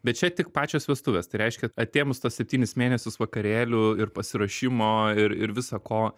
bet čia tik pačios vestuvės tai reiškia atėmus tuos septynis mėnesius vakarėlių ir pasiruošimo ir ir visa ko